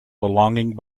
belonging